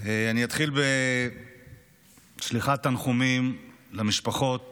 אני אתחיל בשליחת תנחומים למשפחות